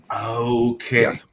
Okay